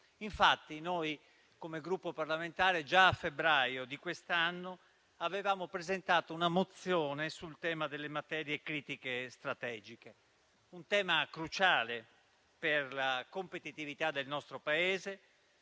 Infatti noi, come Gruppo parlamentare, già a febbraio di quest'anno avevamo presentato una mozione sul tema delle materie critiche e strategiche: un tema cruciale per la competitività del nostro Paese,